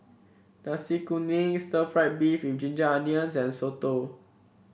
Nasi Kuning Stir Fried Beef with Ginger Onions and soto